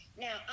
Now